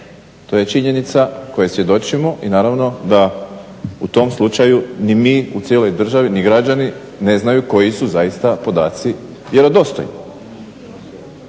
To je činjenica kojoj svjedočimo i naravno da u tom slučaju ni mi u cijeloj državi ni građani ne znaju koji su zaista podaci vjerodostojni.